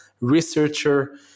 researcher